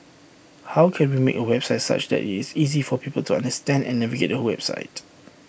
how can we make A website such that IT is easy for people to understand and navigate the website